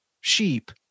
sheep